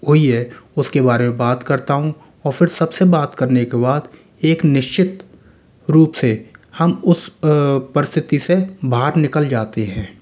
हुई है उसके बारे में बात करता हूँ और फिर सबसे बात करने के बाद एक निश्चित रूप से हम उस परिस्तिथि से बाहर निकल जाते हैं